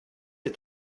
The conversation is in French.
est